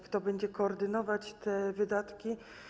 Kto będzie koordynować te wydatki?